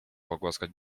pogłaskać